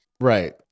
Right